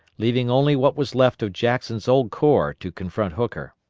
leaving only what was left of jackson's old corps to confront hooker.